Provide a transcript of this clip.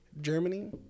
germany